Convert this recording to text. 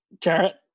Jarrett